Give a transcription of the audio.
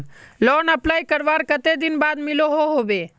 Loan apply करवार कते दिन बाद लोन मिलोहो होबे?